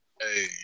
Hey